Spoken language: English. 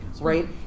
right